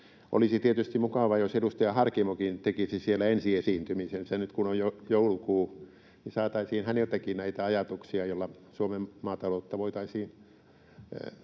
Olisi tietysti mukava, jos edustaja Harkimokin tekisi siellä ensiesiintymisensä nyt, kun on jo joulukuu, niin saataisiin häneltäkin näitä ajatuksia, joilla Suomen maataloutta voitaisiin